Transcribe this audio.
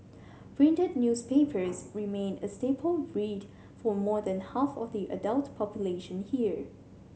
printed newspapers remain a staple read for more than half of the adult population here